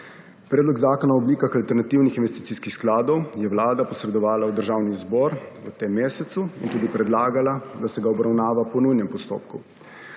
Predlog zakona o oblikah alternativnih investicijskih skladov je Vlada posredovala v Državni zbor v tem mesecu in tudi predlagala, da se ga obravnava po nujnem postopku.